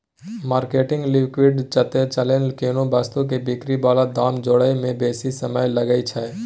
marketing liquidity चलते कोनो वस्तु के बिक्री बला दाम जोड़य में बेशी समय लागइ छइ